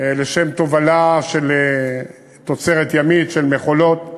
לשם תובלה ימית של תוצרת, של מכולות,